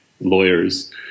lawyers